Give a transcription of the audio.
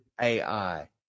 AI